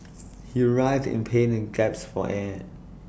he writhed in pain and gasped for air